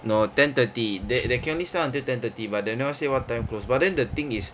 no ten thirty they they can only sell until ten thirty but they never say what time close but then the thing is